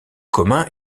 communs